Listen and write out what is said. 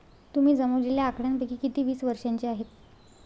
तुम्ही जमवलेल्या आकड्यांपैकी किती वीस वर्षांचे आहेत?